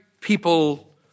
people